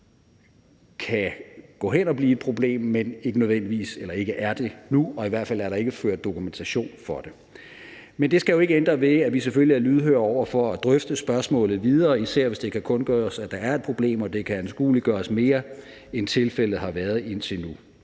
kan gå hen at blive et problem, men som ikke nødvendigvis er det nu. Og i hvert fald er der ikke ført dokumentation for det. Men det skal jo ikke ændre ved, at vi selvfølgelig er lydhøre over for at drøfte spørgsmålet videre, især hvis det kan kundgøres, at der er et problem, og det kan anskueliggøres mere, end tilfældet har været indtil nu.